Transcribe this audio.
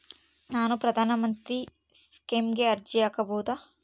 ನಾನು ಪ್ರಧಾನ ಮಂತ್ರಿ ಸ್ಕೇಮಿಗೆ ಅರ್ಜಿ ಹಾಕಬಹುದಾ?